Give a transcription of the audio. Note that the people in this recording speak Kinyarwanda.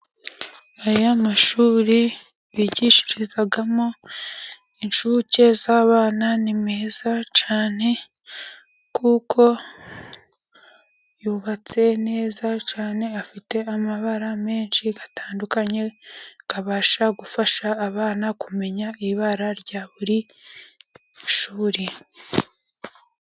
Aya mashuri bigishirizamo incuke z'abana, ni meza cyane, kuko yubatse neza cyane, afite amabara menshi atandukanye, abasha gufasha abana, kumenya ibara rya buri ishuri.